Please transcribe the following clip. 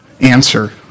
answer